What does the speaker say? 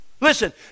Listen